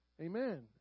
amen